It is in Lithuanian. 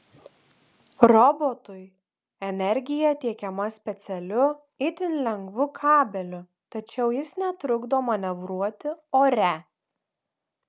robotui energija tiekiama specialiu itin lengvu kabeliu tačiau jis netrukdo manevruoti ore